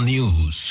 News